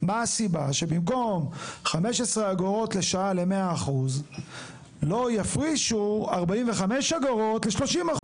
מה הסיבה שבמקום 15 אגורות לשעה ל-100% לא יפרישו 45 אגורות ל-30%?